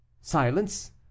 Silence